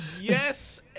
Yes